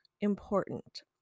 important